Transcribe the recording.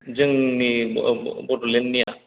जोंनि बड'लेण्डनिया